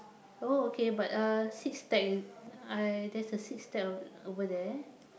oh okay but uh six stack uh there's a six stack over there